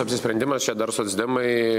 apsisprendimas čia dar socdemai